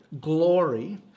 Glory